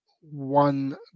one